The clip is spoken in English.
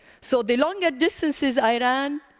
so the longer distances i ran,